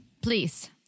Please